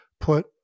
put